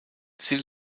sie